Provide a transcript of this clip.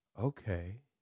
okay